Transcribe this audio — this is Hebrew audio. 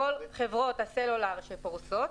כל חברות הסלולר שפורסות,